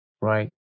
Right